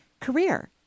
career